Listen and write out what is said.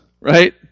right